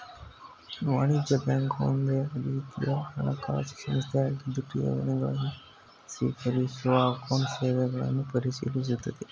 ವಾಣಿಜ್ಯ ಬ್ಯಾಂಕ್ ಒಂದುರೀತಿಯ ಹಣಕಾಸು ಸಂಸ್ಥೆಯಾಗಿದ್ದು ಠೇವಣಿ ಗಳನ್ನು ಸ್ವೀಕರಿಸುವ ಅಕೌಂಟ್ ಸೇವೆಗಳನ್ನು ಪರಿಶೀಲಿಸುತ್ತದೆ